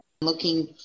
Looking